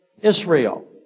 Israel